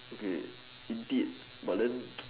okay indeed but then